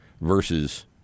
versus